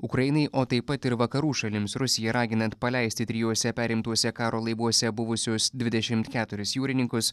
ukrainai o taip pat ir vakarų šalims rusijai raginant paleisti trijuose perimtuose karo laivuose buvusius dvidešimt keturis jūrininkus